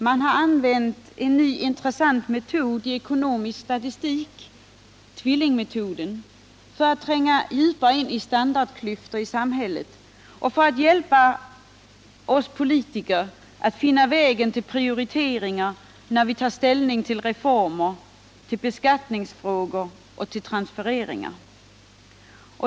Man har använt en ny, intressant metod i ekonomisk statistik, tvillingmetoden, för att tränga djupare in i problemet med standardklyftor i samhället och för att hjälpa oss politiker att finna vägen till prioriteringar när vi tar ställning till reformer, beskattningsfrågor och transfereringar.